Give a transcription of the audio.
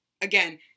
Again